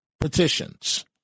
petitions